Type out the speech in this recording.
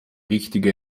richtige